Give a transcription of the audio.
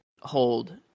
hold